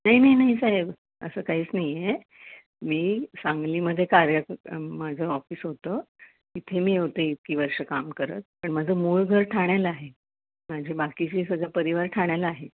नाही नाही नाही साहेब असं काहीच नाही आहे मी सांगलीमध्ये कार्य माझं ऑफिस होतं इथे मी होते इतकी वर्षं काम करत पण माझं मूळ घर ठाण्याला आहे माझे बाकीचे सगळा परिवार ठाण्याला आहे